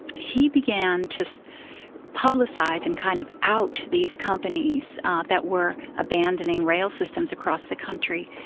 he began to publicise and kind of out these companies that were abandoning rail systems across the country,